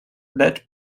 led